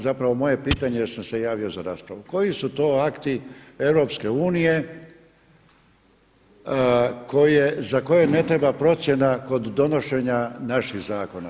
Zapravo moje pitanje jer sam se javio za raspravu, koji su to akti EU za koje ne treba procjena kod donošenja naših zakona?